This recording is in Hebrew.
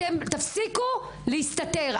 תפסיקו להסתתר.